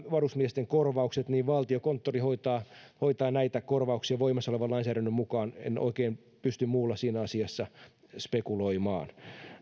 varusmiesten korvauksista valtiokonttori hoitaa hoitaa näitä korvauksia voimassaolevan lainsäädännön mukaan en oikein pysty muulla siinä asiassa spekuloimaan